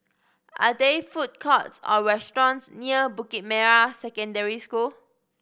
are there food courts or restaurants near Bukit Merah Secondary School